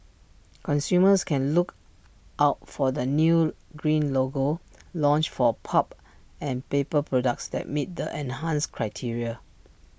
consumers can look out for the new green logo launched for pulp and paper products that meet the enhanced criteria